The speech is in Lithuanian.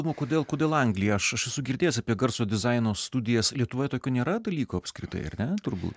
įdomu kodėl kodėl anglija aš aš esu girdėjęs apie garso dizaino studijas lietuvoje tokių nėra dalyko apskritai ar ne turbūt